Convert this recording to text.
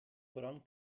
voran